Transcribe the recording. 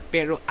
Pero